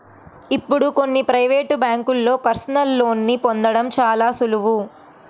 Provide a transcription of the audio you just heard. ఇప్పుడు కొన్ని ప్రవేటు బ్యేంకుల్లో పర్సనల్ లోన్ని పొందడం చాలా సులువు